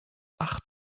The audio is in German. acht